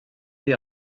des